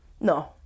No